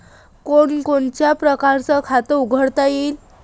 कोनच्या कोनच्या परकारं खात उघडता येते?